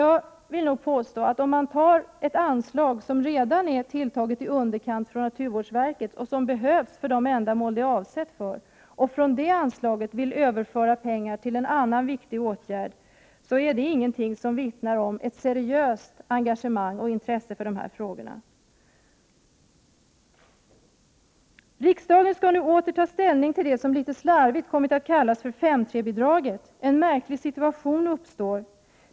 Jag vill påstå att om man från naturvårdsverkets anslag, som redan är tilltaget i underkant och som behövs för de ändamål som det är avsett för, vill överföra pengar till en annan viktig åtgärd är det inget som vittnar om ett seriöst engagemang och intresse för dessa frågor. Riksdagen skall nu åter ta ställning till det som litet slarvigt kommit att kallas för 5:3-bidraget. En märklig situation uppstår då.